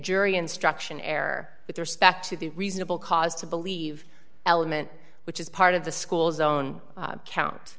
jury instruction error with respect to the reasonable cause to believe element which is part of the school's own count